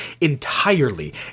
entirely